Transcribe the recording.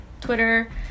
Twitter